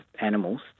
animals